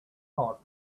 thoughts